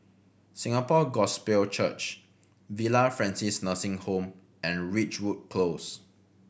Singapore Gospel Church Villa Francis Nursing Home and Ridgewood Close